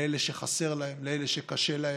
לאלה שחסר להם, לאלה שקשה להם,